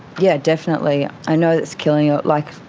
yeah definitely. i know it's killing, ah like,